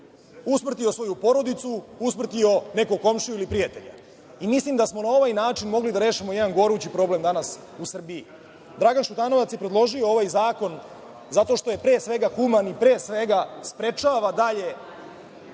usmrtio svoju porodicu, usmrtio nekog komšiju ili prijatelja. Mislim, da smo na ovaj način mogli da rešimo jedan gorući problem danas u Srbiji. Dragan Šutanovac je predložio ovaj zakon zato što je pre svega human, pre svega, sprečava dalja